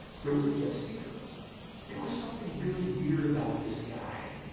there was a guest speaker there was something really weird about this guy.